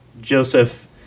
Joseph